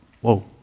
Whoa